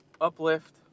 uplift